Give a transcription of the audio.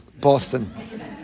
Boston